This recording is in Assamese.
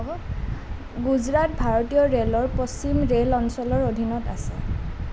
গুজৰাট ভাৰতীয় ৰেলৰ পশ্চিম ৰেল অঞ্চলৰ অধীনত আছে